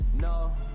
No